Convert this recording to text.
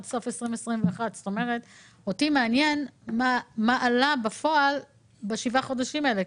סוף 2021. אותי מעניין מה עלה בפועל בשבעת החודשים האלה.